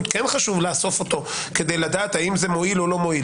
כן חשוב לאסוף אותו כדי לדעת האם מועיל או לא מועיל